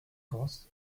costs